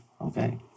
Okay